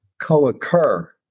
co-occur